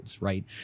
Right